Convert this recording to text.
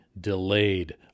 delayed